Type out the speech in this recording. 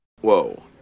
Whoa